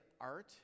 art